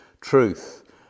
truth